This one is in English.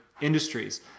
industries